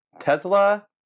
Tesla